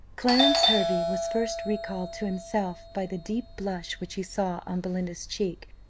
clarence hervey was first recalled to himself by the deep blush which he saw on belinda's cheek,